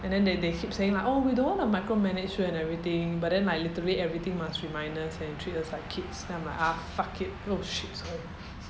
and then they they keep saying that oh we don't want to micromanage you and everything but then like literally everything must remind us and treat us like kids then I'm like ah fuck it oh shit sorry